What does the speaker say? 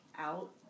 out